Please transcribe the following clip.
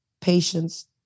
patience